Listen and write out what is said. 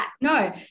no